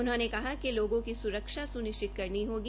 उन्होंने कहा कि लोगों की सुरक्षा सुनिश्चित करनी होगी